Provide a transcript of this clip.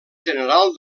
general